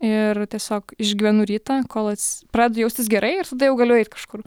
ir tiesiog išgyvenu rytą kol ats pradedu jaustis gerai ir tada jau galiu eiti kažkur